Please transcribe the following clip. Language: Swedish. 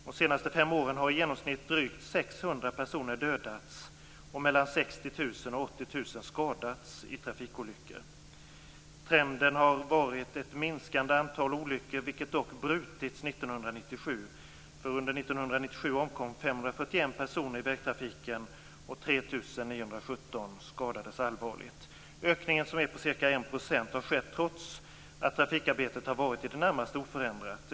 De senaste fem åren har i genomsnitt drygt 600 personer dödats och mellan 60 000 och 80 000 skadats i trafikolyckor. Trenden har varit ett minskande antal olyckor, vilken dock brutits 1997. Under 1997 omkom 541 personer i vägtrafiken och 3 917 skadades allvarligt. Ökningen, som är på ca 1 %, har skett trots att trafikarbetet har varit i det närmaste oförändrat.